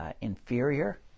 inferior